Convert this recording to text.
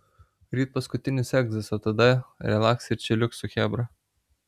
ryt paskutinis egzas o tada relaks ir čiliuks su chebra